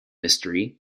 mystery